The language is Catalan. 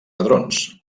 hadrons